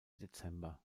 dezember